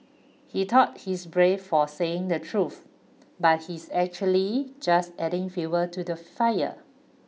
he thought he's brave for saying the truth but he's actually just adding fuel to the fire